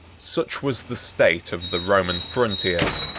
such was the state of the roman frontiers,